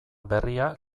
berria